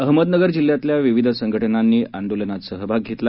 अहमदनगर जिल्ह्यातली विविध संघटनांनी आंदोलनात सहभाग घेतला